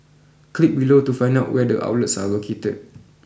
click below to find out where the outlets are located